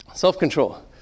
Self-control